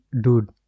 dude